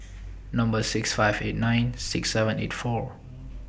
Number six five eight nine six seven eight four